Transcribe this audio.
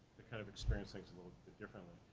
to kind of experience things a little bit differently.